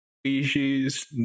species